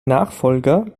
nachfolger